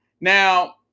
Now